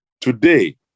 today